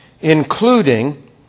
including